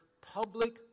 public